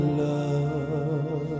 love